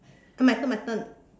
my turn my turn